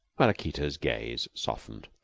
maraquita's gaze softened.